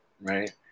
right